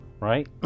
right